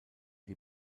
die